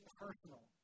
personal